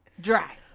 Dry